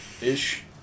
Ish